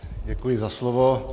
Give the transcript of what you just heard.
Děkuji za slovo.